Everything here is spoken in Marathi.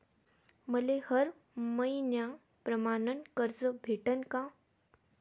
मले हर मईन्याप्रमाणं कर्ज भेटन का?